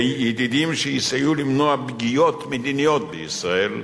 ידידים שיסייעו למנוע פגיעות מדיניות בישראל,